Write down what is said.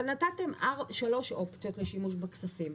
אבל נתתם שלוש אופציות לשימוש בכספים,